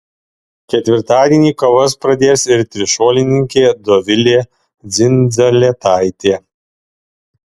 ketvirtadienį kovas pradės ir trišuolininkė dovilė dzindzaletaitė